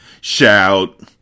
Shout